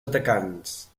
atacants